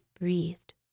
breathed